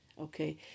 Okay